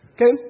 Okay